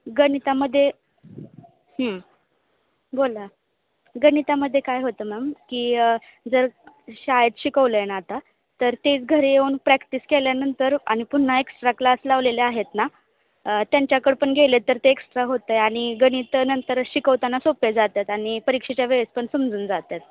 गणितामध्ये बोला गणितामध्ये काय होतं मॅम की जर शाळेत शिकवलं आहे ना आता तर ते घरी येऊन प्रॅक्टिस केल्यानंतर आणि पुन्हा एक्स्ट्रा क्लास लावलेले आहेत ना त्यांच्याकडे पण गेले तर ते एक्स्ट्रा होतं आहे आणि गणित नंतर शिकवताना सोपे जातात आणि परीक्षेच्या वेळेस पण समजून जातात